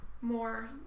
more